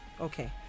Okay